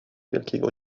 wielkiego